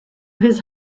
his